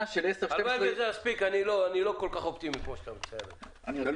אני לא כל כך אופטימי כמו שאתה מתאר את זה.